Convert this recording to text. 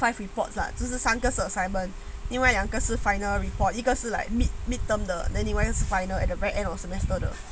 five reports ah 就是三个是 assignment 另外两个是 final report 一个是 like mid mid term 的 then 另外一个是 final at the very end of semester 的